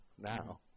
now